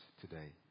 today